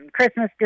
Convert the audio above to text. Christmas